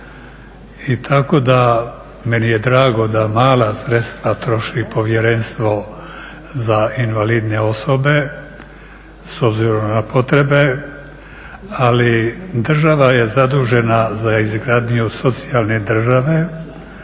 i tako da, meni je drago da mala sredstva troši povjerenstvo za invalidne osobe s obzirom na potrebe, ali država je zadužena za izgradnju socijalne države,